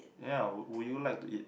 ya would would you like to eat